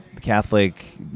Catholic